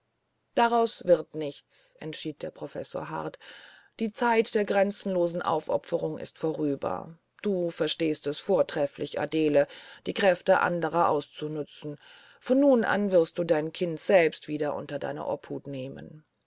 daraus wird nichts entschied der professor hart die zeit der grenzenlosen aufopferung ist vorüber du verstehst es vortrefflich adele die kräfte anderer auszunützen von nun an wirst du dein kind selbst wieder unter deine obhut nehmen